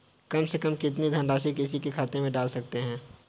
कम से कम कितनी धनराशि किसी के खाते में डाल सकते हैं?